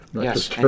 Yes